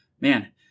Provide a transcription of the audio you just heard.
Man